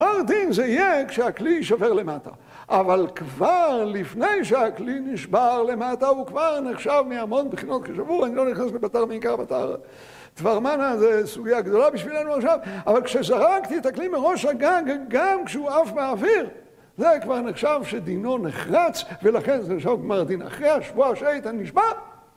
ארדין זה יהיה כשהכלי יישבר למטה אבל כבר לפני שהכלי נשבר למטה הוא כבר נחשב מהמון בחינות כשבור אני לא נכנס לבתר מעיקר בתר דברמנה זו סוגיה גדולה בשבילנו עכשיו אבל כשזרקתי את הכלי מראש הגג גם כשהוא עף מהאוויר זה כבר נחשב שדינו נחרץ ולכן זה נחשב במארדין אחרי השבוע שאיתן נשבע